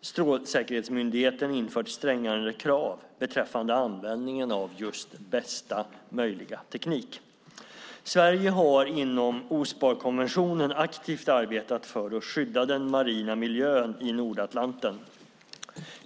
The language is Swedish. Strålsäkerhetsmyndigheten infört strängare krav beträffande användningen av bästa möjliga teknik, BAT. Sverige har inom Osparkonventionen aktivt arbetat för att skydda den marina miljön i Nordostatlanten.